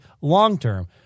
long-term